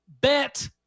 bet